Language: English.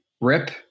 rip